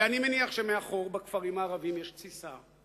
ואני מניח שמאחור, בכפרים הערביים, יש תסיסה.